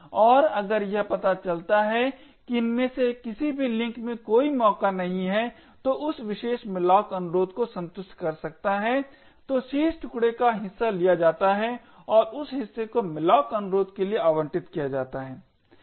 और अगर यह पता चलता है कि इनमें से किसी भी लिंक में कोई मौका नहीं है जो उस विशेष malloc अनुरोध को संतुष्ट कर सकता है तो शीर्ष टुकड़ा का हिस्सा लिया जाता है और उस हिस्से को malloc अनुरोध के लिए आवंटित किया जाता है